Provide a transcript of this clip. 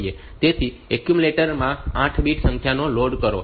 તેથી એક્યુમ્યુલેટર માં 8 બીટ સંખ્યાને લોડ કરો